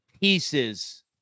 pieces